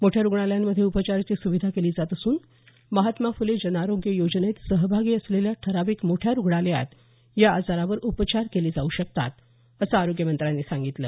मोठ्या रुग्णालयांमध्ये उपचाराची सुविधा केली जात असून महात्मा फुले जनारोग्य योजनेत सहभागी असलेल्या ठराविक मोठ्या रुग्णालयात या आजारावर उपचार केले जाऊ शकतात असं आरोग्यमंत्र्यांनी सांगितलं